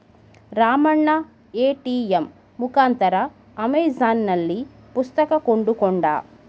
Ramanna ATM ಮುಖಾಂತರ ಅಮೆಜಾನ್ನಲ್ಲಿ ಪುಸ್ತಕ ಕೊಂಡುಕೊಂಡ